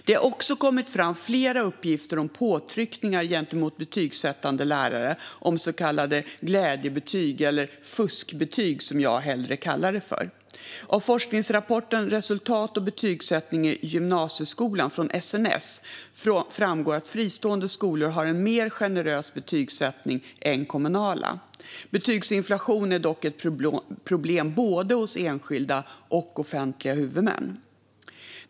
Det har också kommit fram flera uppgifter om påtryckningar gentemot betygsättande lärare om så kallade glädjebetyg eller fuskbetyg, som jag hellre kallar dem. Av forskningsrapporten Resultat och betygsättning i gymnasiefriskolor framgår att fristående skolor har en mer generös betygsättning än kommunala. Betygsinflation är dock ett problem hos både enskilda och offentliga huvudmän.